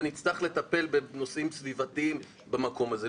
ונצטרך לטפל בנושאים סביבתיים במקום הזה.